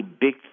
big